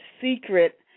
secret